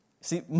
See